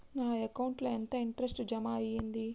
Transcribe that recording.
నా అకౌంట్ ల ఎంత ఇంట్రెస్ట్ జమ అయ్యింది?